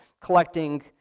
collecting